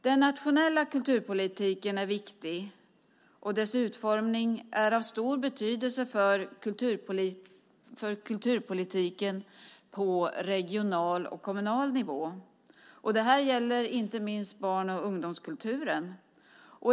Den nationella kulturpolitiken är viktig, och dess utformning är av stor betydelse för kulturpolitiken på regional och kommunal nivå. Det här gäller inte minst barn och ungdomskulturen.